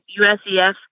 USEF